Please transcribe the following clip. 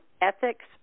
ethics